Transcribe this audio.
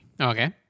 Okay